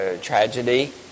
tragedy